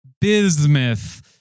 bismuth